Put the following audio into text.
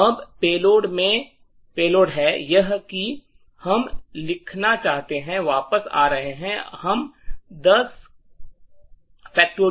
अब पेलोड है कि हम लिखना चाहते है वापस आ रहा है हम 10